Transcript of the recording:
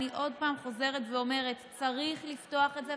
אני עוד פעם חוזרת ואומרת: צריך לפתוח את זה,